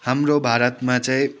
हाम्रो भारतमा चाहिँ